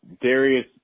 Darius